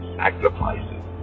sacrifices